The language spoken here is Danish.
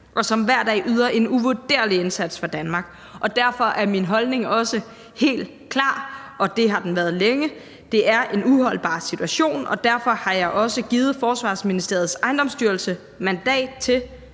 og som hver dag yder en uvurderlig indsats for Danmark. Derfor er min holdning også helt klar, og det har den været længe: Det er en uholdbar situation, og derfor har jeg også givet Forsvarsministeriets Ejendomsstyrelse mandat til